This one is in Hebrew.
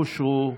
אושרו.